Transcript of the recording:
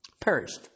perished